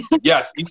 yes